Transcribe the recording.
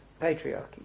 patriarchy